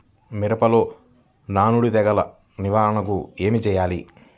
మిరపలో నానుడి తెగులు నివారణకు ఏమి చేయాలి?